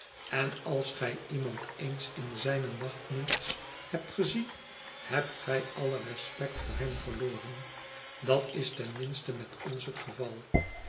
en als gij iemand eens in zijne nachtmuts hebt gezien hebt gij alle respect voor hem verloren dat is ten minste met ons het geval